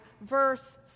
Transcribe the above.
verse